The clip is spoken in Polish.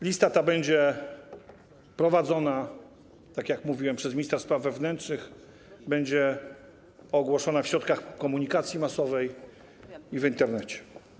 Lista ta będzie prowadzona, tak jak mówiłem, przez ministra spraw wewnętrznych, będzie ogłoszona w środkach komunikacji masowej i w Internecie.